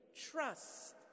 Trust